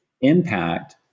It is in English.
impact